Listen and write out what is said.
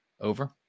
Over